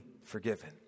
forgiven